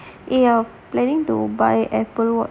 eh um I'm planning to buy apple watch